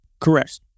Correct